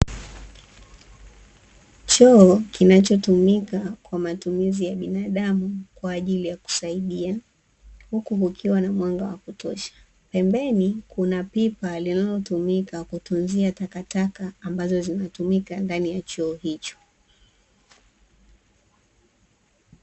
Choo kinachotumika kwa matumizi ya binadamu kwa ajili ya kusaidia, huku kukiwa na mwanga wa kutosha. Pembeni kuna pipa linalotumika kutunzia takataka ambazo zinatumika ndani ya choo hicho.